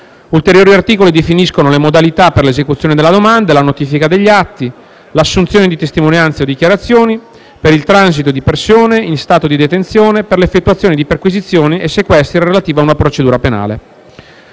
Ulteriori articoli definiscono le modalità per l'esecuzione della domanda, per la notifica degli atti, per l'assunzione di testimonianze o dichiarazioni, per il transito di persone in stato di detenzione, per l'effettuazione di perquisizioni e sequestri relativi a una procedura penale.